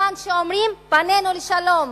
ובזמן שאומרים "פנינו לשלום",